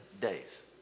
days